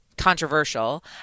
controversial